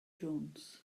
jones